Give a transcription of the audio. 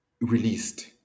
released